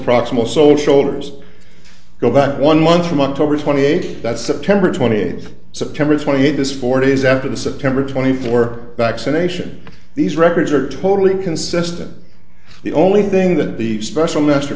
proximal sole shoulders go back one month a month over twenty eight that september twenty eighth september twenty eighth this forty days after the september twenty four vaccination these records are totally consistent the only thing that the special master